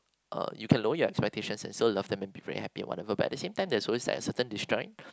uh you can lower your expectations and still love them and be very happy or whatever but the same time there's always like a certain disjoint